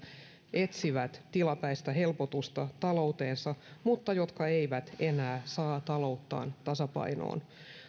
etsivät tilapäistä helpotusta talouteensa mutta jotka eivät enää saa talouttaan tasapainoon